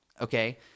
okay